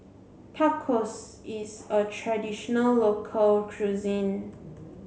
tacos is a traditional local cuisine